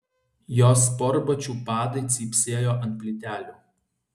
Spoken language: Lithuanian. jos sportbačių padai cypsėjo ant plytelių